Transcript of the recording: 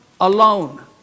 alone